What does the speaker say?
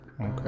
okay